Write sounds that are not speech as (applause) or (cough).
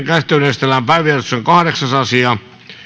(unintelligible) käsittelyyn esitellään päiväjärjestyksen kahdeksas asia